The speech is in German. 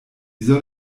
soll